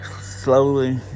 slowly